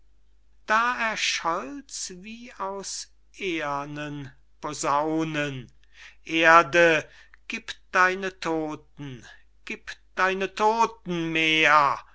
da erscholl's wie aus ehernen posaunen erde gib deine todten gib deine todten meer